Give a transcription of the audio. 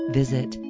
visit